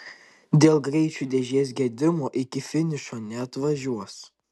dėl greičių dėžės gedimo iki finišo neatvažiuos